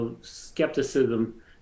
skepticism